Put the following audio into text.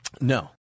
No